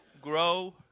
grow